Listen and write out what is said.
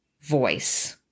voice